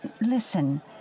Listen